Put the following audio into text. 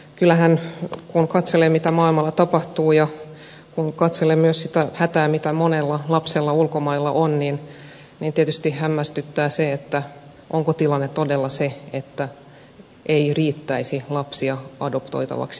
kyllähän kun katselee mitä maailmalla tapahtuu ja kun katselee myös sitä hätää mikä monella lapsella ulkomailla on niin tietysti hämmästyttää se onko tilanne todella se että ei riittäisi lapsia adoptoitaviksi suomeen